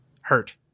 hurt